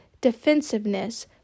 defensiveness